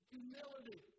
Humility